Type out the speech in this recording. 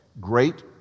great